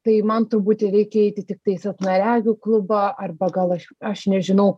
tai man turbūt reikia eiti tiktai į silpnaregių klubą arba gal aš aš nežinau